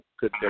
good